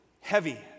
heavy